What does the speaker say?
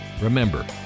remember